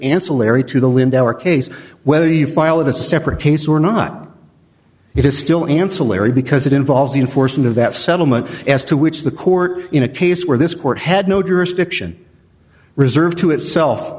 ancillary to the lindauer case whether the file of a separate case or not it is still ancillary because it involves the enforcement of that settlement s to which the court in a case where this court had no jurisdiction reserved to itself